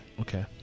Okay